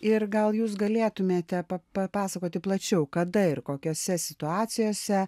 ir gal jūs galėtumėte pa papasakoti plačiau kada ir kokiose situacijose